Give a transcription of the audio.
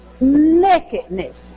nakedness